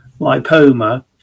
lipoma